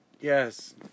Yes